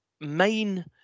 main